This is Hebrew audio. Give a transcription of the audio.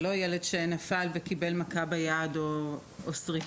זהו לא ילד שנפל וקיבל מכה ביד או שריטה.